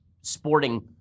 sporting